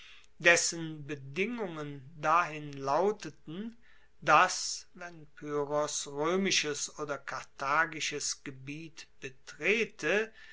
dessen bedingungen dahin lauteten dass wenn pyrrhos roemisches oder karthagisches gebiet betrete